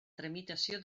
tramitació